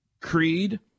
Creed